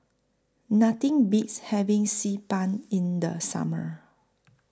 Nothing Beats having Xi Ban in The Summer